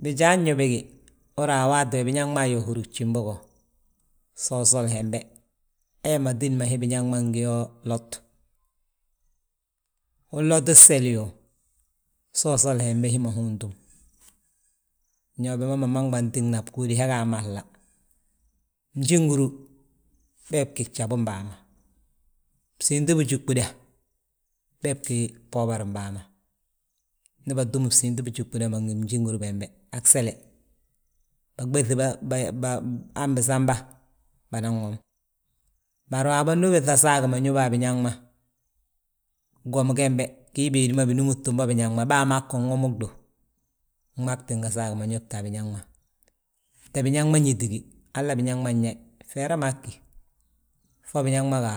Bijaan yo bége, uhúri yaa, biñaŋ ma yo húri gjimbo go, sosol hembe hee ma tídi hi biñaŋ ma ngi yo lot. Unloti gseli yoo, selu usoli hembe hi ma hi untúm, ño bi ma maman ɓaŋ tina a bgúudi, he ga a mahla. Bjinguru bee bgí gjaabum bàa ma, siimtibijuɓuda beeb gí boobarom bâa ma; Ndi batúm siimtibijuɓuda ngi bjinguru bembe, han gsele, baɓéŧi ham bisamba, bânan wom. Bari waabo ndu ubiiŧa saagu ma ñób a biñaŋ ma, gwom gembe, gii béedi ma binúmiti bo biñaŋ ma. Baa ma gin womi gdu, gmaatinga saagi ma ñóbti bommu a biñaŋ ma, te biñaŋ ma ñiti gi, hala biñaŋ ma nyaayi? Bfere maa ggí, fo biñaŋ ma ga